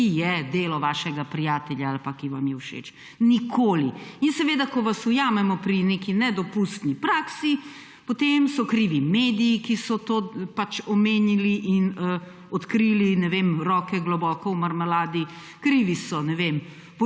ki je delo vašega prijatelja ali pa ki vam je všeč. Nikoli. In seveda, ko vas ujamemo pri neki nedopustni praksi, potem so krivi mediji, ki so to pač omenili in odkrili roke globoko v marmeladi. Krivi so, ne vem,